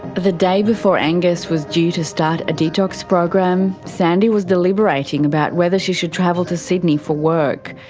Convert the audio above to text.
the day before angus was due to start a detox program, sandy was deliberating about whether she should travel to sydney for work.